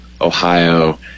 Ohio